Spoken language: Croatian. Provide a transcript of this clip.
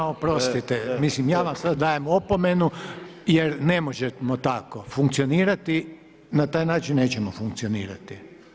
Ma oprostite, mislim ja vam sada dajem opomenu, jer ne možemo tako funkcionirati, na taj način nećemo funkcionirati.